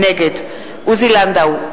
נגד עוזי לנדאו,